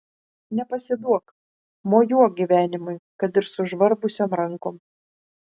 nepasiduok mojuok gyvenimui kad ir sužvarbusiom rankom